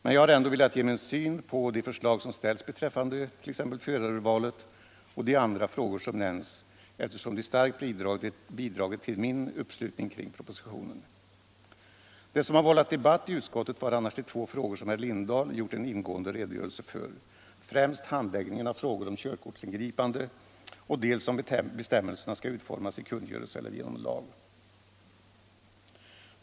Men jag har ändå velat ge min syn på de förslag som ställs beträffande t.ex. förarurvalet och de andra frågor som nämnts eftersom de starkt bidragit till min uppslutning kring propositionen. Det som har vållat debatt i utskottet var annars de två frågor som herr Lindahl ingående har redogjort för, dels handläggningen av frågor om körkortsingripande, dels om bestämmelserna skall utformas i kungörelse eller genom lag.